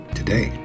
today